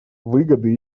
выгоды